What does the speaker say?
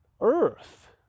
earth